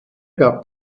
gab